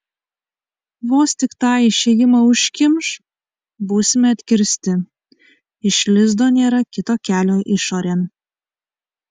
vos tik tą išėjimą užkimš būsime atkirsti iš lizdo nėra kito kelio išorėn